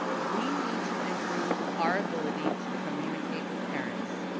we need to improve our ability to communicate with parents.